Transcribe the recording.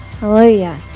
Hallelujah